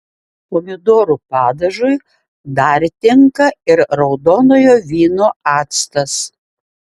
pomidorų padažui dar tinka ir raudonojo vyno actas